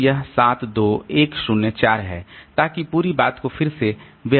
तो यह 7 2 1 0 4 है ताकि पूरी बात को फिर से व्यवस्थित किया गया है